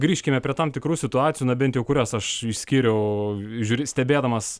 grįžkime prie tam tikrų situacijų na bent jau kurias aš išskyriau žiūri stebėdamas